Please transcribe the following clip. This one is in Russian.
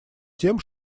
тем